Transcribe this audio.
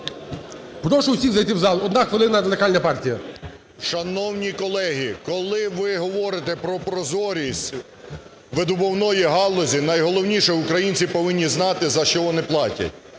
Прошу всіх зайти в зал. Одна хвилина. Радикальна партія. 12:00:18 ЛЯШКО О.В. Шановні колеги, коли ви говорите про прозорість видобувної галузі, найголовніше, українці і повинні знати, за що вони платять.